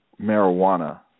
marijuana